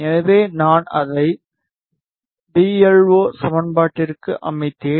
எனவே நான் அதை பி எல்ஓ P LO சமன்பாட்டிற்கு அமைத்தேன்